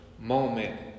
moment